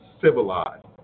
civilized